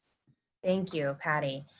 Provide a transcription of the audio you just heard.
thank you, patty.